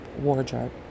wardrobe